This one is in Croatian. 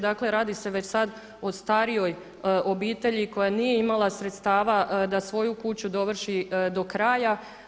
Dakle, radi se već sad o starijoj obitelji koja nije imala sredstava da svoju kuću dovrši do kraja.